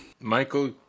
Michael